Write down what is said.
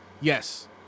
Yes